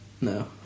No